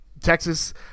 Texas